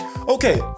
Okay